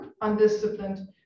undisciplined